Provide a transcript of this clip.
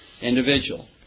individual